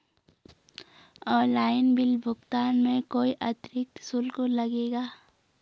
Online bill भुगतान में कोई अतिरिक्त शुल्क लगेगा?